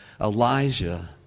Elijah